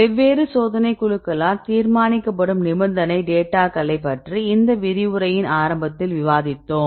வெவ்வேறு சோதனைக் குழுக்களால் தீர்மானிக்கப்படும் நிபந்தனை டேட்டாகளைப் பற்றி இந்த விரிவுரையின் ஆரம்பத்தில் விவாதித்தோம்